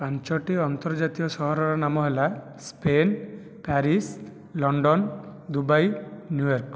ପାଞ୍ଚଟି ଅନ୍ତର୍ଜାତୀୟ ସହରର ନାମ ହେଲା Spain Paris London Dubai New York